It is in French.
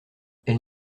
elle